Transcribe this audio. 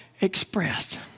expressed